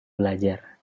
belajar